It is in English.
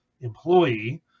employee